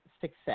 Success